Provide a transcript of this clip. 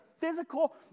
physical